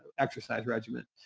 exercise regimen.